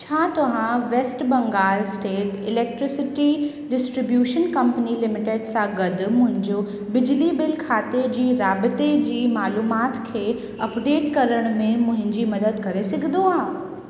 छा तव्हां west Bengal state electricity distribution company limited सां गॾु मुंहिंजो बिजली बिल खाते जी राबते जी मालूमात खे अपडेट करण में मुंहिंजी मदद करे सघंदो आहे